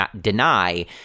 deny